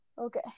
okay